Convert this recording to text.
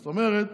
זאת אומרת,